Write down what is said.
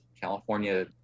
california